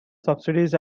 subsidies